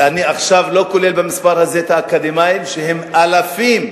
אני עכשיו לא כולל במספר הזה את האקדמאים שהם אלפים,